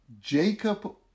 Jacob